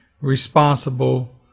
responsible